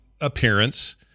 appearance